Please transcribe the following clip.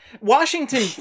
Washington